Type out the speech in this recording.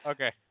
Okay